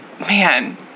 man